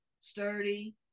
sturdy